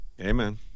Amen